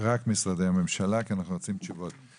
רק משרדי הממשלה כי אנחנו רוצים תשובות.